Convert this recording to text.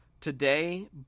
today